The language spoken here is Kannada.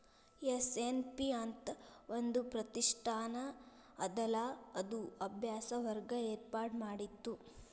ಎಸ್.ಎನ್.ಪಿ ಅಂತ್ ಒಂದ್ ಪ್ರತಿಷ್ಠಾನ ಅದಲಾ ಅದು ಅಭ್ಯಾಸ ವರ್ಗ ಏರ್ಪಾಡ್ಮಾಡಿತ್ತು